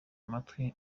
amatwi